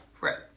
Right